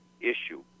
issue